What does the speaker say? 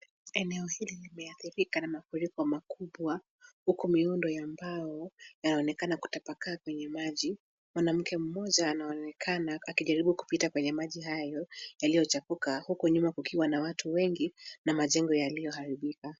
Eneo hili limeathirika na mafuriko makubwa huku miundo ya mbao yaonekana kutapakaa kwenye maji. Mwanamke mmoja anaonekana akijaribu kupita kwenye maji hayo yaliyochafuka huku nyuma kukiwa na watu wengi na majengo yaliyoharibika.